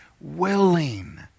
willing